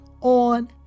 on